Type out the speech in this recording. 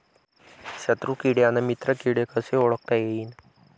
शत्रु किडे अन मित्र किडे कसे ओळखता येईन?